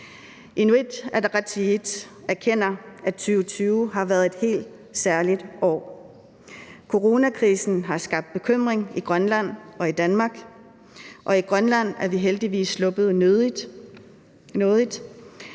Inuit Ataqatigiit erkender, at 2020 har været et helt særligt år. Coronakrisen har skabt bekymring i Grønland og i Danmark, og i Grønland er vi heldigvis sluppet nådigt,